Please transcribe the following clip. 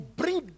bring